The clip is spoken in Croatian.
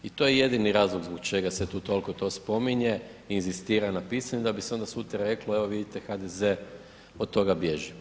I to je jedini razlog zbog čega se tu toliko to spominje i inzistira na pisanju, da bi se onda sutra reklo evo vidite HDZ od toga bježi.